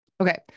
okay